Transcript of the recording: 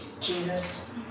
Jesus